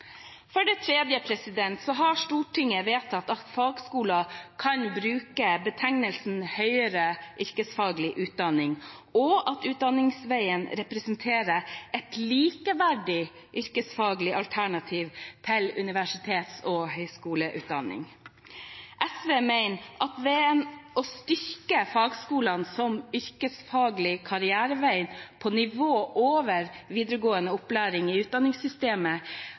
For det tredje har Stortinget vedtatt at fagskoler kan bruke betegnelsen «høyere yrkesfaglig utdanning», og at utdanningsveien representerer et likeverdig, yrkesfaglig alternativ til universitets- og høgskoleutdanningene. SV mener at å styrke fagskolene som yrkesfaglig karrierevei på nivået over videregående opplæring i utdanningssystemet